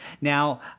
Now